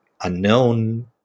unknown